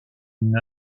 une